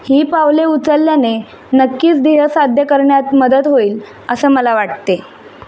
ही पावले उचलल्याने नक्कीच ध्येय साध्य करण्यात मदत होईल असं मला वाटते